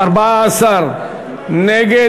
14 נגד.